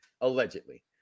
Allegedly